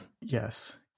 Yes